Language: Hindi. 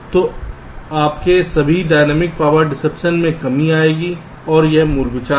तो आपके सभी डायनामिक पावर डिसेप्शन में कमी आएगी यह मूल विचार है